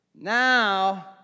Now